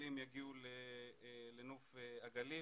עולים יגיעו לנוף הגליל